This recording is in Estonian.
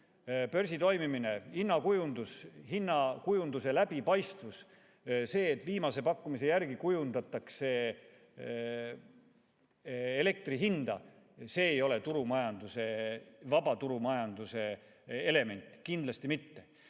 hinnakujundus ja hinnakujunduse läbipaistvus, see, et viimase pakkumise järgi kujundatakse elektri hinda, ei ole vaba turumajanduse element, kindlasti mitte.